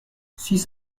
six